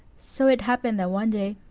so it happened that one day,